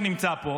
שנמצא פה,